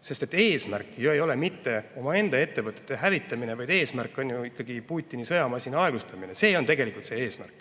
samme. Eesmärk ei ole mitte omaenda ettevõtete hävitamine, vaid eesmärk on ikkagi Putini sõjamasina aeglustamine. See on tegelikult eesmärk.